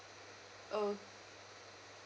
O